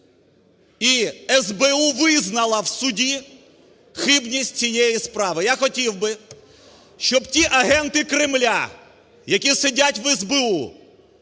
І СБУ визнала в суді хибність цієї справи. Я хотів би, щоб ті агенти Кремля, які сидять в СБУ